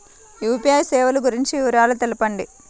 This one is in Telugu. యూ.పీ.ఐ సేవలు గురించి వివరాలు తెలుపండి?